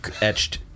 etched